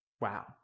Wow